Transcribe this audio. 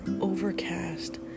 Overcast